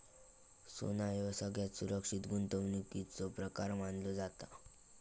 सोना ह्यो सगळ्यात सुरक्षित गुंतवणुकीचो प्रकार मानलो जाता